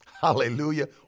Hallelujah